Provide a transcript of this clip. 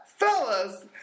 Fellas